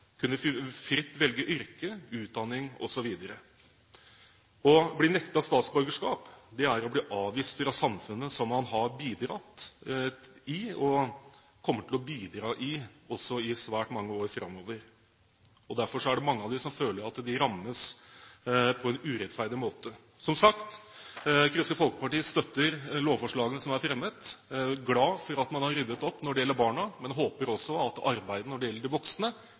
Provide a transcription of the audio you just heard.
fritt kunne velge yrke, utdanning osv. Å bli nektet statsborgerskap er å bli avvist fra samfunnet som man har bidratt i, og kommer til å bidra i også i svært mange år fremover. Derfor er det mange som føler at de rammes på en urettferdig måte. Som sagt: Kristelig Folkeparti støtter lovforslagene som er fremmet. Vi er glad for at man har ryddet opp når det gjelder barna, men håper også at arbeidet når det gjelder de voksne,